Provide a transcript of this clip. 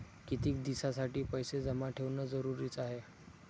कितीक दिसासाठी पैसे जमा ठेवणं जरुरीच हाय?